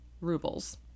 rubles